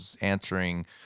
answering